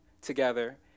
together